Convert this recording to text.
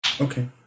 Okay